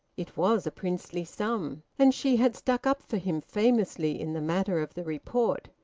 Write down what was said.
it was a princely sum. and she had stuck up for him famously in the matter of the report.